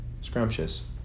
scrumptious